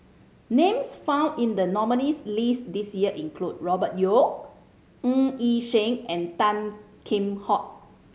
names found in the nominees' list this year include Robert Yeo Ng Yi Sheng and Tan Kheam Hock